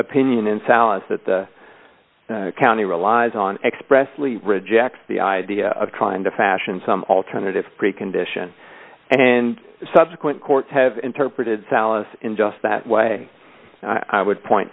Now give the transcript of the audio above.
opinion in so is that the county relies on expressly rejects the idea of trying to fashion some alternative precondition and subsequent courts have interpreted solace in just that way i would point